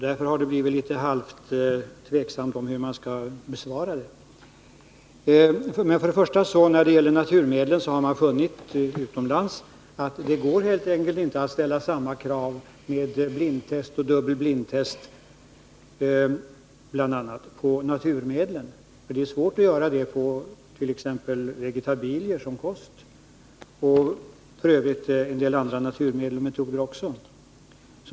Därför har jag blivit tveksam i fråga om hur jag skall svara. När det gäller naturmedel har man utomlands funnit att det helt enkelt inte går att ställa samma krav — bl.a. blindtest och dubbelblindtest — på naturmedlen. Det är svårt att göra sådana test på vegetabilier som kost. Detta gäller f. ö. en del andra naturmedel och metoder också.